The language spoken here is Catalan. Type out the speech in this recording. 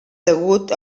degut